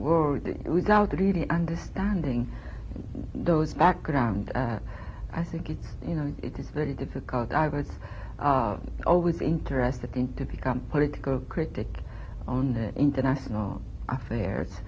war without really understanding those background i think it's you know it is very difficult i was always interested in to become political critic on international affairs